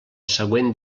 següent